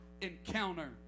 encounter